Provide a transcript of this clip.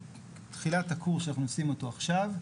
ומתחילת הקורס שאנחנו עושים עכשיו,